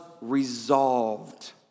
resolved